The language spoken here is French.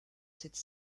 cette